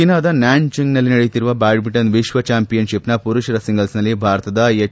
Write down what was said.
ಚೀನಾದ ನ್ವಾನ್ಜಿಂಗ್ನಲ್ಲಿ ನಡೆಯುತ್ತಿರುವ ಬ್ಹಾಡ್ಲಿಂಟನ್ ವಿಶ್ವ ಚಾಂಪಿಯನ್ ಶಿಪ್ನ ಪುರುಷರ ಸಿಂಗಲ್ಸ್ನಲ್ಲಿ ಭಾರತದ ಎಚ್